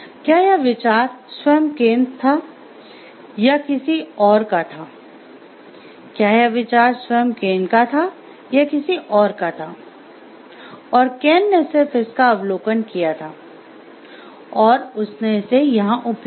क्या यह विचार स्वयं केन था या किसी और का था और केन ने सिर्फ इसका अवलोकन किया था और उसने इसे यहां उपयोग किया